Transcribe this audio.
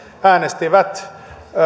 äänestivät